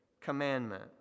commandment